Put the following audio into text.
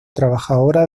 trabajadora